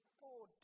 four